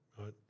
Right